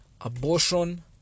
abortion